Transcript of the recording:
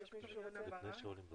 שאלה רק כדי לסבר את